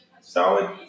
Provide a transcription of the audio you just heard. Solid